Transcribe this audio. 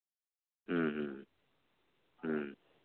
ᱦᱮᱸ ᱦᱮᱸ ᱦᱮᱸ